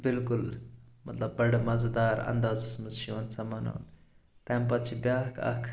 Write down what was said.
بالکُل مطلب بڑٕ مزٕ دار انٛدازس منٛز چھِ یِوان سۄ مناونہٕ تمہِ پتہٕ چھ بیٛاکھ اکھ